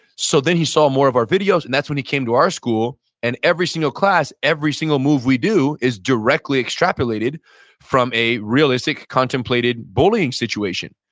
so then he saw more of our videos and that's when he came to our school and every single class, every single move we do, is directly extrapolated from a realistic contemplated bullying situation.